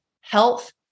health